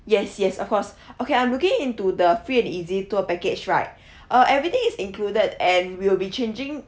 yes yes of course okay I'm looking into the free and easy tour package right uh everything is included and we'll be changing